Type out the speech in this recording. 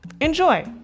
Enjoy